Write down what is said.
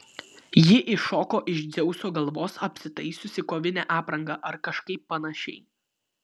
ji iššoko iš dzeuso galvos apsitaisiusi kovine apranga ar kažkaip panašiai